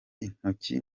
intoki